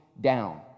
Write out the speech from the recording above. down